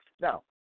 Now